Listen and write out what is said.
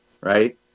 Right